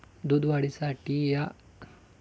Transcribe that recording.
दूध वाढीसाठी जनावरांना काय खाऊ घालावे?